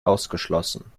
ausgeschlossen